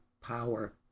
power